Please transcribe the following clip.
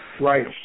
Right